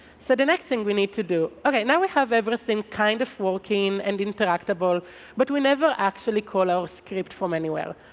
so the next thing we need to do, okay, now we have everything kind of working and interactable but we never actually call our script from anywhere.